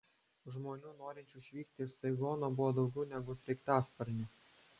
žmonių norinčių išvykti iš saigono buvo daugiau negu sraigtasparnių